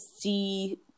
see